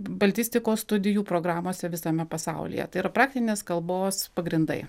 baltistikos studijų programose visame pasaulyje tai yra praktinės kalbos pagrindai